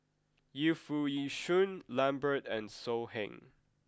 Yu Foo Yee Shoon Lambert and So Heng